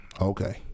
Okay